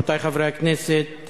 רבותי חברי הכנסת,